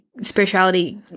spirituality